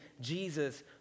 Jesus